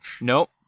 Nope